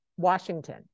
Washington